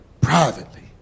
Privately